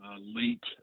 late